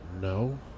No